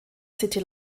city